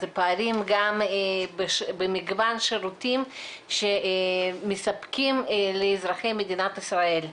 זה פערים גם במגוון שירותים שמספקים לאזרחי מדינת ישראל,